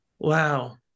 Wow